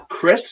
Chris